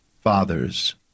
fathers